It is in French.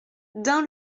dun